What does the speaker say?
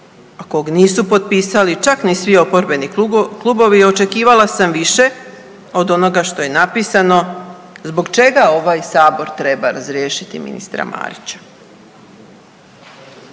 kog nisu potpisali čak ni svi oporbeni klubovi očekivala sam više od onoga što je napisano zbog čega ovaj sabor treba razriješiti ministra Marića.